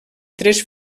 tres